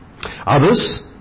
Others